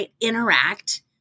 interact